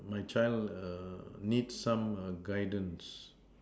my child err needs some err guidance